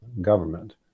government